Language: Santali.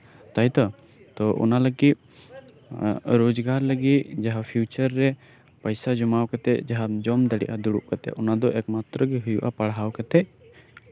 ᱛᱟᱭᱛᱚ ᱚᱱᱟ ᱞᱟᱹᱜᱤᱫ ᱨᱚᱡᱽᱜᱟᱨ ᱞᱟᱹᱜᱤᱫ ᱯᱷᱤᱭᱩᱪᱟᱨ ᱨᱮ ᱯᱚᱭᱥᱟ ᱡᱚᱢᱟᱣ ᱠᱟᱛᱮᱜ ᱡᱟᱸᱦᱟᱢ ᱡᱚᱢ ᱫᱟᱲᱮᱭᱟᱜᱼᱟ ᱫᱩᱲᱩᱵ ᱠᱟᱛᱮᱜ ᱚᱱᱟ ᱫᱚ ᱮᱠᱢᱟᱛᱨᱚ ᱜᱮ ᱦᱩᱭᱩᱜᱼᱟ ᱯᱟᱲᱦᱟᱣ ᱠᱟᱛᱮᱫ